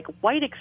white